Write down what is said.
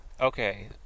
okay